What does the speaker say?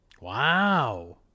Wow